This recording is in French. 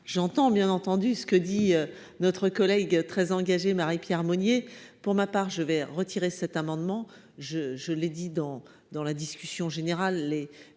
j'entends bien entendu ce que dit notre collègue très engagée, Marie-Pierre Monnier, pour ma part je vais retirer cet amendement, je, je l'ai dit dans dans la discussion générale